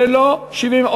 ולא 76,